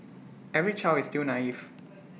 every child is still naive